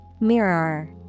Mirror